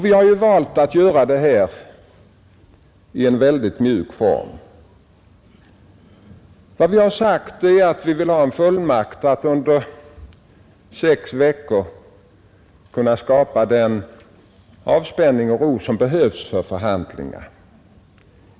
Vi har ju också valt en väldigt mjuk form. Vad vi har sagt är att vi vill ha en fullmakt att under sex veckor kunna skapa den avspänning och ro som behövs för förhandlingar.